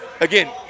again